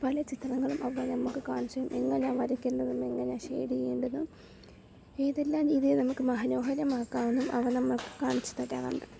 പല ചിത്രങ്ങളും അവ നമ്മൾക്ക് കാണിച്ചു തരും എങ്ങനെ വരയ്ക്കേണ്ടത് എങ്ങനെ ചെയ്യേണ്ടത് ഏതെല്ലാം രീതിയിൽ നമ്മൾക്ക് മനോഹരമാക്കാമെന്നും അവ നമ്മൾക്ക് കാണിച്ചു തരാറുണ്ട്